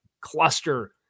cluster